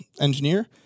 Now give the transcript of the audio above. engineer